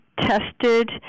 tested